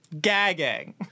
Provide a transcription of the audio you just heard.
gagging